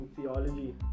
theology